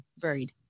Buried